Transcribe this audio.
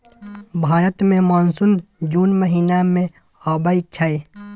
भारत मे मानसून जुन महीना मे आबय छै